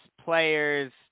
players